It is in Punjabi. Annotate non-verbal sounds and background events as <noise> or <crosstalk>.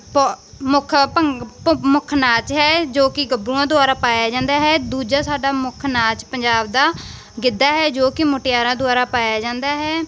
ਭ ਮੁੱਖ <unintelligible> ਨਾਚ ਹੈ ਜੋ ਕਿ ਗੱਭਰੂਆਂ ਦੁਆਰਾ ਪਾਇਆ ਜਾਂਦਾ ਹੈ ਦੂਜਾ ਸਾਡਾ ਮੁੱਖ ਨਾਚ ਪੰਜਾਬ ਦਾ ਗਿੱਧਾ ਹੈ ਜੋ ਕਿ ਮੁਟਿਆਰਾਂ ਦੁਆਰਾ ਪਾਇਆ ਜਾਂਦਾ ਹੈ